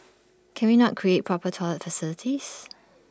can we not create proper toilet facilities